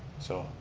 so,